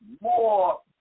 more